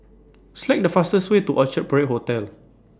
Select The fastest Way to Orchard Parade Hotel